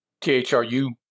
T-H-R-U